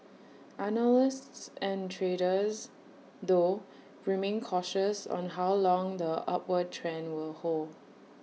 analysts and traders though remain cautious on how long the upward trend will hold